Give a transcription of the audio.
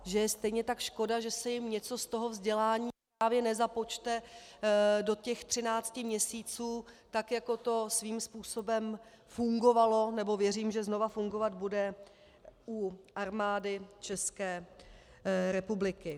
Že je stejně tak škoda, že se jim něco z toho vzdělání nezapočte do těch třinácti měsíců tak, jako to svým způsobem fungovalo, nebo věřím, že znova fungovat bude, u Armády České republiky.